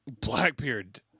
blackbeard